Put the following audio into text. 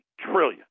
trillion